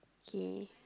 K